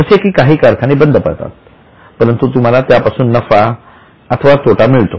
जसे की काही कारखाने बंद पडतात परंतु तुम्हाला त्यापासून नफा अथवा तोटा मिळतो